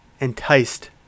enticed